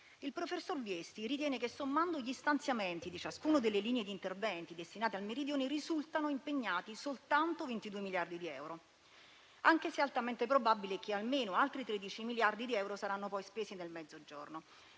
Il professor Viesti ritiene che, sommando gli stanziamenti di ciascuna delle linee di intervento destinate al Meridione, risultano impegnati soltanto 22 miliardi di euro, anche se è altamente probabile che almeno altri 13 miliardi di euro saranno poi spesi nel Mezzogiorno